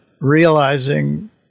realizing